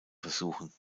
versuchen